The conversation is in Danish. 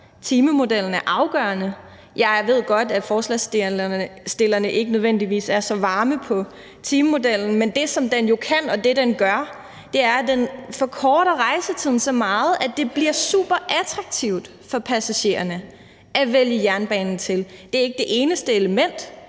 timemodellen er afgørende. Jeg ved godt, at forslagsstillerne ikke nødvendigvis er så varme på timemodellen, men det, som den kan, og det, den gør, er jo, at den forkorter rejsetiden så meget, at det bliver superattraktivt for passagererne at vælge jernbanen til. Det er ikke det eneste element